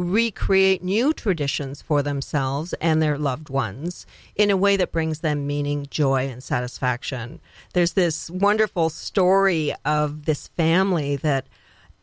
recreate new traditions for themselves and their loved ones in a way that brings them meaning joy and satisfaction there's this wonderful story of this family that